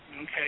Okay